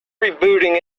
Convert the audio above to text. rebooting